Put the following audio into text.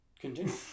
continue